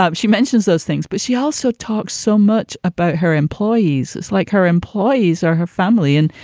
um she mentions those things. but she also talked so much about her employees. it's like her employees are her family. and,